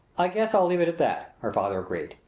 i guess i'll leave it at that, her father agreed.